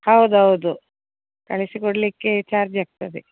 ಹೌದು ಹೌದು ಕಳಿಸಿಕೊಡಲಿಕ್ಕೆ ಚಾರ್ಜ್ ಆಗ್ತದೆ